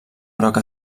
groc